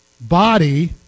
body